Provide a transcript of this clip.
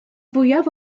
fwyaf